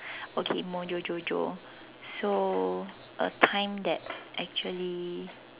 okay Mojojojo so a time that actually